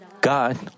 God